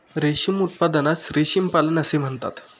रेशीम उत्पादनास रेशीम पालन असे म्हणतात